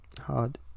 Hard